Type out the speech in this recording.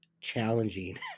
challenging